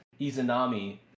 izanami